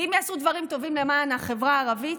ואם יעשו דברים טובים למען החברה הערבית,